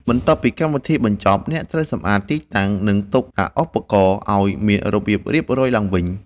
បន្ទាប់ពីកម្មវិធីបញ្ចប់ អ្នកត្រូវសម្អាតទីតាំង និងទុកដាក់ឧបករណ៍ឱ្យមានរបៀបរៀបរយឡើងវិញ។